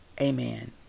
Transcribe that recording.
Amen